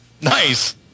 Nice